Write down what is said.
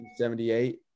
1978